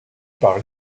par